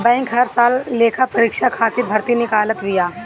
bank हर साल लेखापरीक्षक खातिर भर्ती निकालत बिया